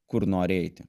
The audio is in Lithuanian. kur nori eiti